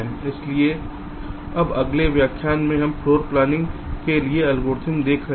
इसलिए अब अगले व्याख्यान में हम फ्लोर प्लानिंग floor planning के लिए एल्गोरिदम देख रहे हैं